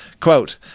quote